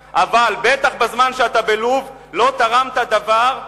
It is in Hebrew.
בטח בזמן שאתה בלוב לא תרמת דבר,